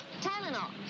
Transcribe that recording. Tylenol